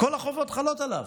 כל החובות חלות עליו,